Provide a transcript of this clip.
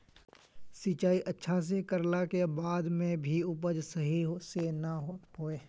सिंचाई अच्छा से कर ला के बाद में भी उपज सही से ना होय?